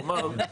כלומר,